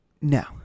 no